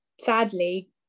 sadly